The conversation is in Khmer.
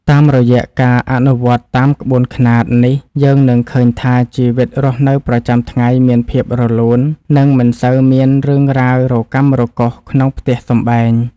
តាមរយៈការអនុវត្តតាមក្បួនខ្នាតនេះយើងនឹងឃើញថាជីវិតរស់នៅប្រចាំថ្ងៃមានភាពរលូន និងមិនសូវមានរឿងរ៉ាវរកាំរកូសក្នុងផ្ទះសម្បែង។